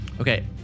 Okay